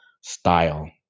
style